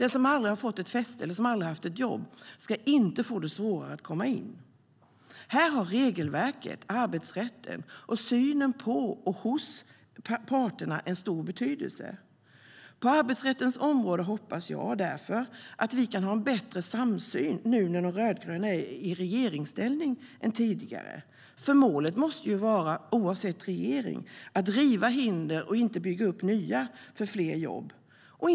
Den som aldrig fått ett fäste eller som aldrig haft ett jobb ska inte få det svårare att komma in. Här har regelverket, arbetsrätten och synen på och hos parterna en stor betydelse. Målet måste ju vara, oavsett regering, att vi ska riva hinder och inte bygga upp nya för fler jobb.